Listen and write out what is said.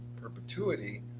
perpetuity